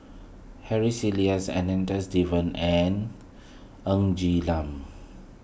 Harry Elias Devan and Ng Lam